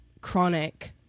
chronic